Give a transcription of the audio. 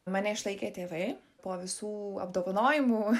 mane išlaikė tėvai po visų apdovanojimų